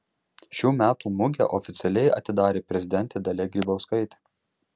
šių metų mugę oficialiai atidarė prezidentė dalia grybauskaitė